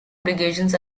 obligations